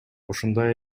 ушундай